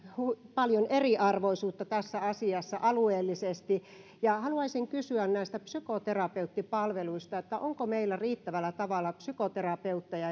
paljon eriarvoisuutta tässä asiassa alueellisesti haluaisin kysyä näistä psykoterapeuttipalveluista onko meillä riittävällä tavalla psykoterapeutteja